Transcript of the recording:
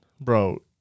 Bro